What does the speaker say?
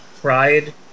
Pride